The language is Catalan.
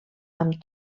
amb